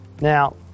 Now